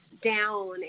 down